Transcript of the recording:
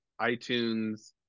iTunes